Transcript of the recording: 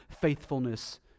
faithfulness